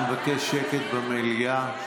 אני מבקש שקט במליאה.